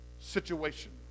situation